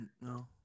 No